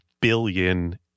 billion